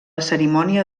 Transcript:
cerimònia